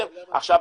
עכשיו,